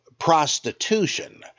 prostitution